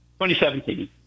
2017